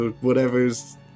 whatever's